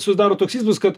susidaro toks įspūdis kad